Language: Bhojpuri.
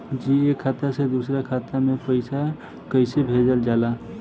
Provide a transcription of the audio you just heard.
जी एक खाता से दूसर खाता में पैसा कइसे भेजल जाला?